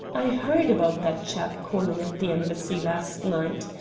i heard about that chap calling at the embassy last night.